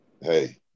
hey